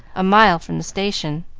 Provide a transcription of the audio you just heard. a mile from the station.